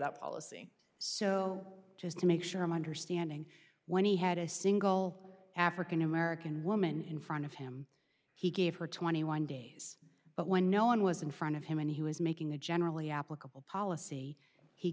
that policy so just to make sure i'm understanding when he had a single african american woman in front of him he gave her twenty one days but when no one was in front of him and he was making a generally applicable policy he